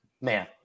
Man